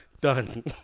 Done